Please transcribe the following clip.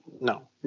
No